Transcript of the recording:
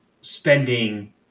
spending